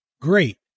Great